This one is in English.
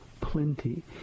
plenty